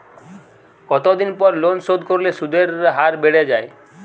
কতদিন পর লোন শোধ করলে সুদের হার বাড়ে য়ায়?